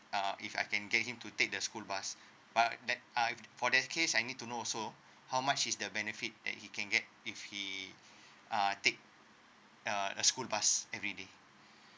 uh if I can get him to take the school bus but that uh for that case I need to know also how much is the benefit that he can get if he uh take uh the school bus everyday